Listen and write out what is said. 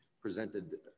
presented